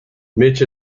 mitch